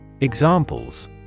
Examples